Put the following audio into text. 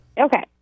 Okay